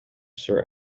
sir